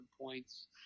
points